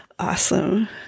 awesome